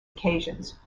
occasions